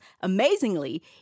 Amazingly